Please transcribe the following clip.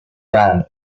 dan